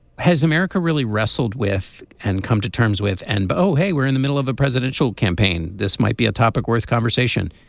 has america really wrestled with and come to terms with and but oh hey we're in the middle of a presidential campaign. this might be a topic worth conversation.